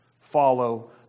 follow